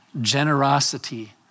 generosity